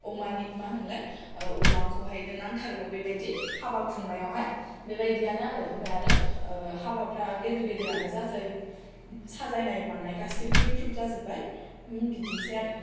मा होनोमोनलाय अमाखौहायनो नांथारगौ बेबायदि हाबा खुंनायावहाय बेबायदियानो आरो ओमफ्राय आरो हाबाफ्रा गेदेर गेदेरानो जासै साजायनाय मानाय गासैबो इम्प्रुभ जाजोबबाय बिदिनोसै आरो